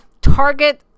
Target